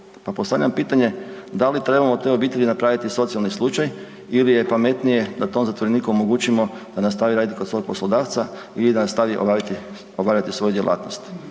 Pa postavljam pitanje da li trebamo od te obitelji napraviti socijalni slučaj ili je pametnije da tom zatvoreniku omogućimo da nastavi raditi kod svog poslodavca ili da nastavi obavljati svoju djelatnost.